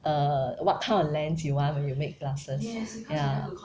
err what kind of lens you want when you make glasses ya